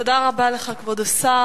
תודה רבה לך, כבוד השר.